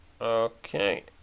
Okay